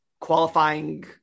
qualifying